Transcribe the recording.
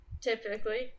Typically